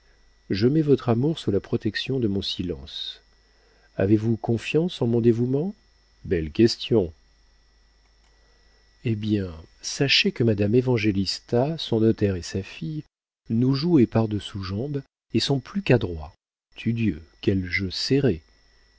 je mets votre amour sous la protection de mon silence avez-vous confiance en mon dévouement belle question eh bien sachez que madame évangélista son notaire et sa fille nous jouaient par-dessous jambe et sont plus qu'adroits tudieu quel jeu serré